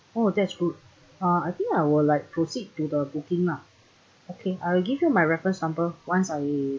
oh that's good uh I think I will like proceed to the booking lah okay I'll give you my reference number once I